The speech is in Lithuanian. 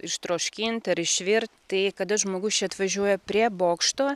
ištroškint ar išvirt tai kada žmogus čia atvažiuoja prie bokšto